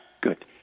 Good